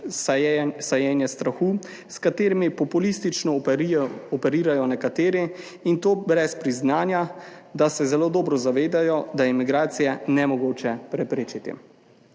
sajenje strahu, s katerimi populistično operirajo nekateri, in to brez priznanja, da se zelo dobro zavedajo, da je migracije nemogoče preprečiti,